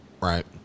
right